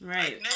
Right